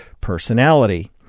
personality